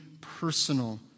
personal